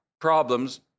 problems